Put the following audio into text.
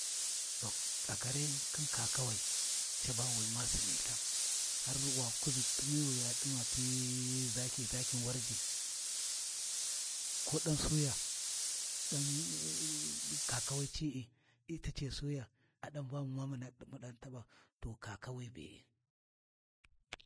Tom tsakarai khin kakawai caba wi ma sini ltha har wa kuʒi t’imi wi ya t’ima ti zaki zakin Warji ko don suya kakawi c'i’ita ce suya a dan bamu muma mu dan taba to kakawi be’e.